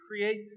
create